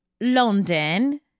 London